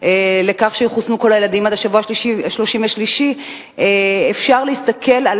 לכך שיחוסנו כל הילדים עד השבוע ה-33 אפשר להסתכל על